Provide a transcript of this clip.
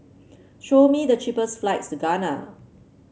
show me the cheapest flights to Ghana